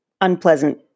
unpleasant